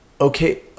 Okay